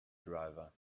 driver